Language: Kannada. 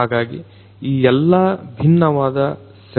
ಹಾಗಾಗಿ ಈ ಎಲ್ಲಾ ಭಿನ್ನವಾದ ಸೆನ್ಸರ್ಗಳು ನಿಯೋಜಿಸಲ್ಪಡುತ್ತವೆ